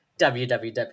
www